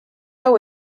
hau